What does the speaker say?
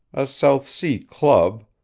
a south sea club,